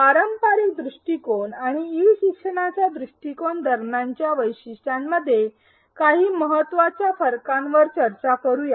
पारंपारिक दृष्टिकोण आणि ई शिक्षणाचा दृष्टिकोण दरम्यानच्या वैशिष्ट्यांमध्ये काही महत्त्वाच्या फरकांवर चर्चा करूया